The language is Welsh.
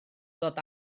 ddod